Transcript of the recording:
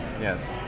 Yes